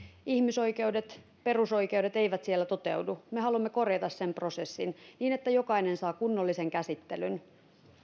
ihmisoikeudet perusoikeudet eivät siellä toteudu me haluamme korjata sen prosessin niin että jokainen saa kunnollisen käsittelyn